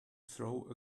throw